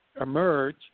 emerge